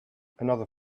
another